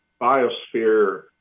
biosphere